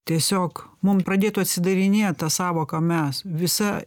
tiesiog mum pradėtų atsidarinėt ta sąvoka mes visa